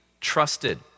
trusted